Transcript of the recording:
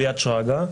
אליעד שרגא,